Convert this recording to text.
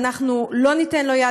אנחנו לא ניתן לו יד,